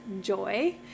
joy